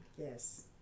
Yes